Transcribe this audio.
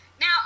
Now